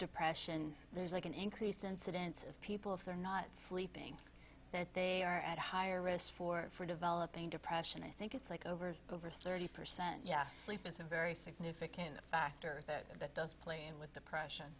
depression there is like an increase incidence of people if they're not sleeping that they are at higher risk for developing depression i think it's like over's over thirty percent yeah sleep is a very significant factor that does play in with depression